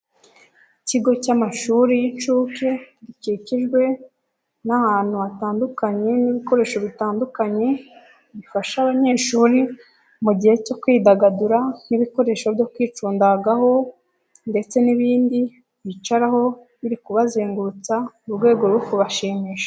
Ikigo cy'amashuri y'inshuke gikikijwe, n'ahantu hatandukanye n'ibikoresho bitandukanye, bifasha abanyeshuri mu gihe cyo kwidagadura nk'ibikoresho byo kwicundagaho, ndetse n'ibindi bicaraho biri kubazengurutsa, mu rwego rwo kubashimisha.